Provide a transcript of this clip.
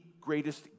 greatest